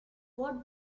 what